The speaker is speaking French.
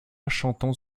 chantant